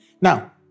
Now